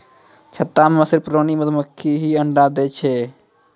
छत्ता मॅ सिर्फ रानी मधुमक्खी हीं अंडा दै छै